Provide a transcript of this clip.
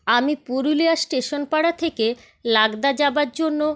আমি পুরুলিয়া স্টেশন পাড়া থেকে লাকদা যাবার জন্য